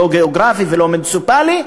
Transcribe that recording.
לא גיאוגרפי ולא מוניציפלי,